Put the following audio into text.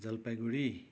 Jalpaiguri